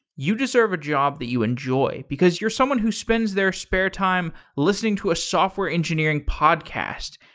you deserve a job that you enjoy, because you're someone who spends their spare time listening to a software engineering podcast.